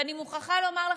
ואני מוכרחה לומר לכם,